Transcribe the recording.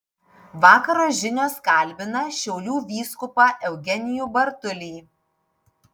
vakaro žinios kalbina šiaulių vyskupą eugenijų bartulį